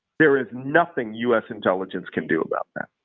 there is nothing u. s. intelligence can do about that.